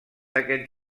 aquest